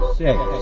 six